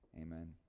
Amen